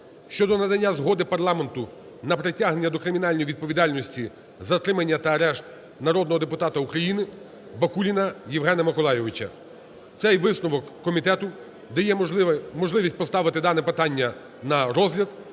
щодо надання згоди парламенту на притягнення до кримінальної відповідальності, затримання та арешт народного депутата України Бакуліна Євгена Миколайовича. Це висновок комітету дає можливість поставити дане питання на розгляд.